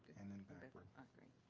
and then backward.